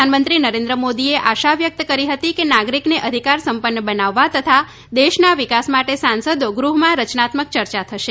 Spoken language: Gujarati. પ્રધાનમંત્રી નરેન્દ્ર મોદીએ આશા વ્યક્ત કરી હતી કે નાગરીકને અધિકાર સંપન્ન બનાવવા તથા દેશના વિકાસ માટે સાંસદો ગૃહમાં રચનાત્મક ચર્ચા કરશે